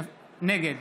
נגד